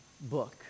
book